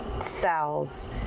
cells